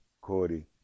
Cordy